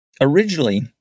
originally